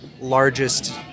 largest